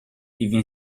even